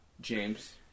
James